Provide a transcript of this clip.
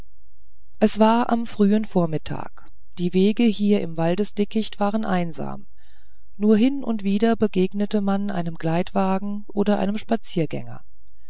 es war am frühen vormittag die wege hier im waldesdickicht waren einsam nur hin und wieder begegnete man einem gleitwagen oder einem